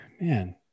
Man